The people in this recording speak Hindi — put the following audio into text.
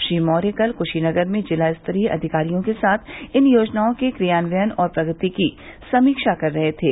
श्री मौर्य कल कृशीनगर में जिलास्तरीय अधिकारियों के साथ इन योजनाओं के क्रियान्वयन और प्रगति की समीक्षा कर रहे थे